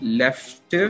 left